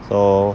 so